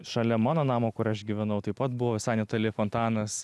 šalia mano namo kur aš gyvenau taip pat buvo visai netoli fontanas